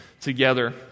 together